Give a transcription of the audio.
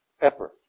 effort